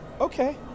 Okay